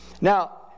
Now